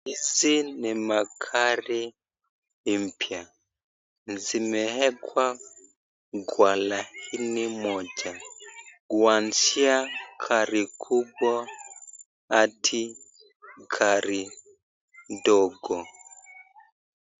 Hizi ni magari mpya zimeekwa kwa laini moja, kuanzia gari kubwa hadi gari ndogo.